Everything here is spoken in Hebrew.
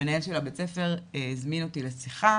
המנהל של בית הספר הזמין אותי לשיחה,